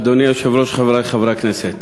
אדוני היושב-ראש, חברי חברי הכנסת,